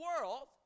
world